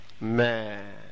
Man